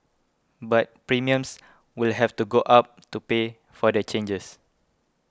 but premiums will have to go up to pay for the changes